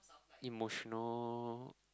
emotional